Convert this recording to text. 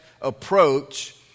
approach